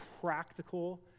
practical